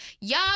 Y'all